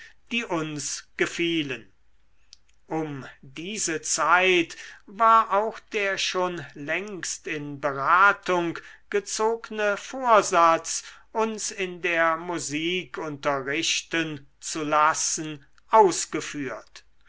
die uns gefielen um diese zeit ward auch der schon längst in beratung gezogne vorsatz uns in der musik unterrichten zu lassen ausgeführt